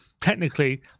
technically